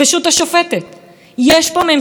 ובכך מפירה את האיזונים ובלמים.